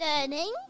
learning